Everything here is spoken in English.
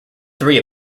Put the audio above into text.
three